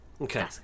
okay